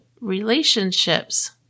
Relationships